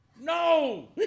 No